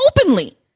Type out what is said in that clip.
openly